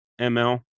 ML